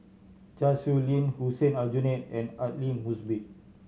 Chan Sow Lin Hussein Aljunied and Aidli Mosbit